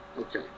Okay